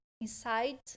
inside